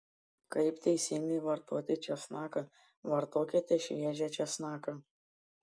kaip teisingai vartoti česnaką vartokite šviežią česnaką